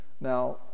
Now